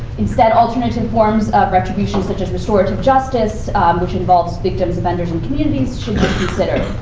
instead, alternative forms of retribution, such as restorative justice which involves victims, offenders, and communities should be considered.